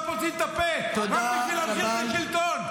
פוצים את הפה רק בשביל להחזיק את השלטון?